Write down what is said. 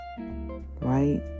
Right